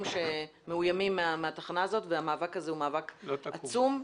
שמאוימים מהתחנה הזאת והמאבק הזה הוא מאבק עצום.